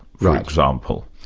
for ah example.